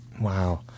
Wow